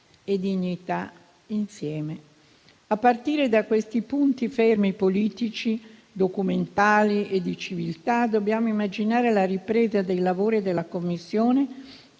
A partire da questi punti fermi, politici, documentali e di civiltà, dobbiamo immaginare la ripresa dei lavori della Commissione